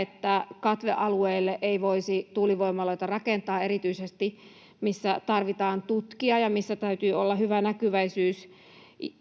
että katvealueille ei voisi tuulivoimaloita rakentaa erityisesti sinne, missä tarvitaan tutkia ja missä täytyy olla hyvä näkyväisyys